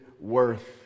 worth